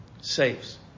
saves